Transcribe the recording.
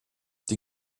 die